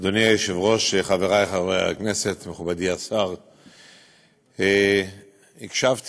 היושב-ראש, חברי חברי הכנסת, מכובדי השר, הקשבתי